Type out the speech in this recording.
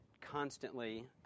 constantly